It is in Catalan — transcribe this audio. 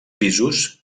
pisos